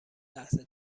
لحظه